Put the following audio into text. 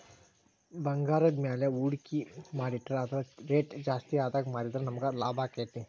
ಭಂಗಾರದ್ಮ್ಯಾಲೆ ಹೂಡ್ಕಿ ಮಾಡಿಟ್ರ ಅದರ್ ರೆಟ್ ಜಾಸ್ತಿಆದಾಗ್ ಮಾರಿದ್ರ ನಮಗ್ ಲಾಭಾಕ್ತೇತಿ